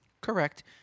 Correct